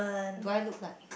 do I look like